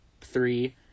three